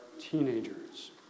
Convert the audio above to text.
teenagers